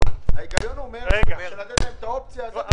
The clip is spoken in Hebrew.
ההיגיון אומר לתת להם את האופציה הזאת.